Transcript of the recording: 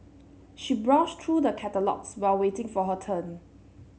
she browsed through the catalogues while waiting for her turn